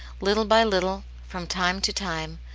little by little, from time to time,